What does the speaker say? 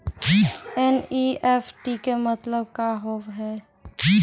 NEFT के मतलब का होव हेय?